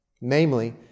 Namely